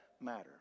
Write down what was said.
matter